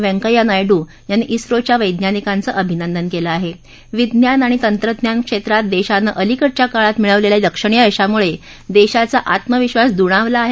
वेंकय्या नायडू यांनी ओच्या वैज्ञानिकांचं अभिनंदन कले आह विज्ञान आणि तंत्रज्ञान क्षम्रात दर्शीनं अलीकडच्या काळात मिळवलखित लक्षणीय यशामुळविधीचा आत्मविधास दुणावला आह